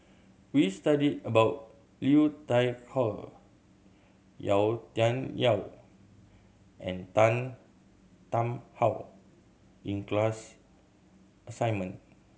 we studied about Liu Thai Ker Yau Tian Yau and Tan Tarn How in class assignment